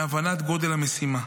מהבנת גדול המשימה.